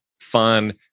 fun